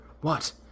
What